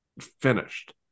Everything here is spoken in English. finished